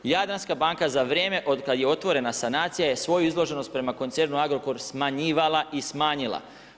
Jadranska banka za vrijeme od kad je otvorena sanacije je svoju izloženost prema koncernu Agrokor smanjivala i smanjila.